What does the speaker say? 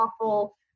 awful